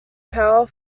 power